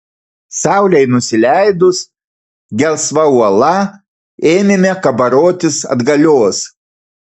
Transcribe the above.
saulei nusileidus gelsva uola ėmėme kabarotis atgalios